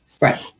right